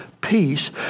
peace